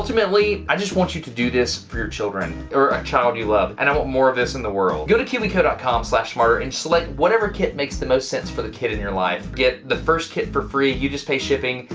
ultimately, i just want you to do this for your children. or a child you love. and i want more of this in the world. go to kiwico dot com slash smarter and select whatever kit makes the most sense for the kid in your life. get the first kit for free, you just pay shipping,